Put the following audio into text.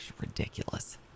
ridiculous